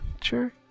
sure